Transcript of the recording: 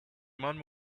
man